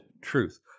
truth